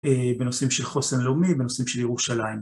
בנושאים של חוסן לאומי, בנושאים של ירושלים.